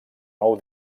nou